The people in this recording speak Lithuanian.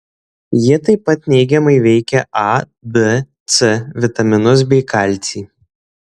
jie tai pat neigiamai veikia a d c vitaminus bei kalcį